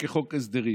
לתוכו כחוק הסדרים.